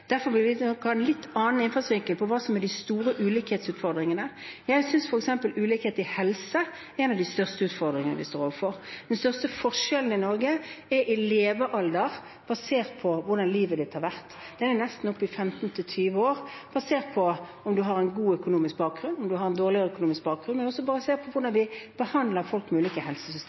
Derfor vil vi nok ha en litt annen innfallsvinkel på hva som er de store ulikhetsutfordringene. Jeg synes f.eks. at ulikhet i helse er en av de største utfordringene vi står overfor. Den største forskjellen i Norge er i levealder basert på hvordan livet ditt har vært. Den er oppe i nesten 15–20 år, basert på om du har en god økonomisk bakgrunn eller om du har en dårligere økonomisk bakgrunn – bare se på hvordan vi behandler folk med ulike